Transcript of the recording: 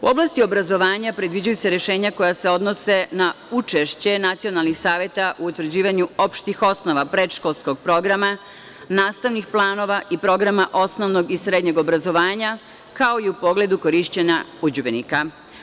U oblasti obrazovanja predviđaju se rešenja koja se odnose na učešće nacionalnih saveta u utvrđivanju opštih osnova predškolskog programa, nastavnih planova i programa osnovnog i srednjeg obrazovanja, kao i u pogledu korišćenja udžbenika.